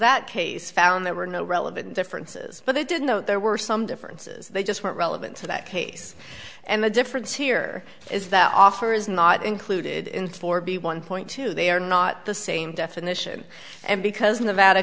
that case found there were no relevant differences but they didn't know there were some differences they just weren't relevant to that case and the difference here is that offer is not included in four b one point two they are not the same definition because nevada